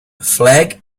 flag